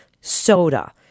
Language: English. soda